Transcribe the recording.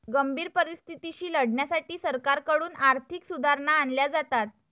गंभीर परिस्थितीशी लढण्यासाठी सरकारकडून आर्थिक सुधारणा आणल्या जातात